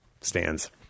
stands